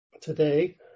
Today